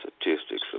statistics